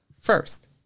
first